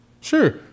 Sure